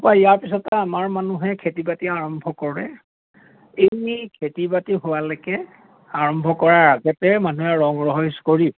বা ইয়াৰ পিছতে আমাৰ মানুহে খেতি বাতি আৰম্ভ কৰে এই খেতি বাতি হোৱালৈকে আৰম্ভ কৰাৰ আগতে মানুহে ৰং ৰহইচ কৰি